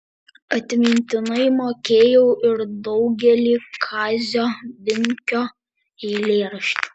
atmintinai mokėjau ir daugelį kazio binkio eilėraščių